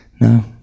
No